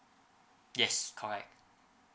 yes correct